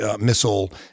missile